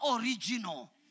original